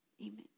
Amen